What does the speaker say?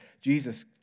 Jesus